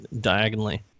diagonally